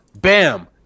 Bam